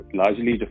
largely